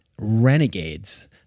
renegades